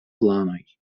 planoj